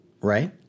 right